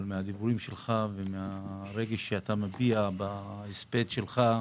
אבל מהדברים שלך והרגש שאתה מגיע בהספד שלך,